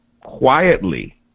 quietly